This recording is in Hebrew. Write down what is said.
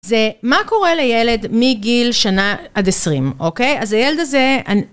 זה מה קורה לילד מגיל שנה עד עשרים, אוקיי? אז הילד הזה